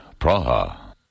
Praha